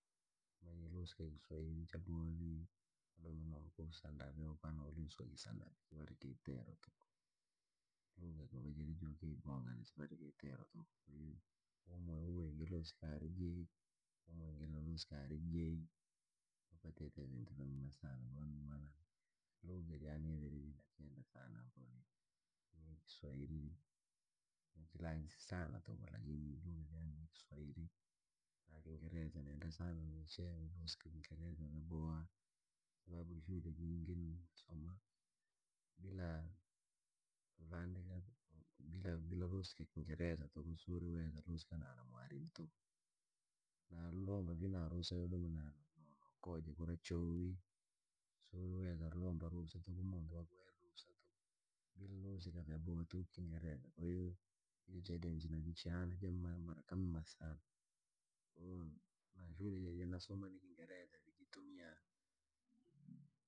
Alusike kiswairi chaboha vii maa adome nooko usandave anolusika kisandaye si vari kiiterwa tuku lugha kuva viri ja jo gongana uu wingi lusika ari jei wingi jei, kwatite vintu vyamina sana ila lugha jaane ni iviri vii lakini kiilangi si saana tuku lakini lugha yaane ni kiswairi na kingereza nenda luusika vyaboha kwasababu ve nija mdudi shule jingi nasoma na vaandika bila luusika kingereza siuriweza luusika da na mwarimu tuuku, na lomba vii da ruhusa yo dooma no kooja kura choowi, si uriweza loomba ruhusa bila luusika vyaboha ko iji changamoto nini najishana ko nini ni kingereza vii ntumia.